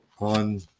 on